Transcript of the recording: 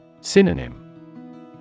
Synonym